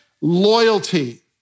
loyalty